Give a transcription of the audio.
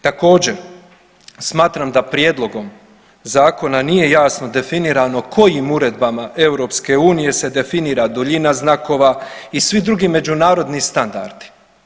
Također smatram da prijedlogom zakona nije jasno definirano kojim uredbama EU se definira duljina znakova i svi drugi međunarodni standardi.